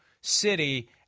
city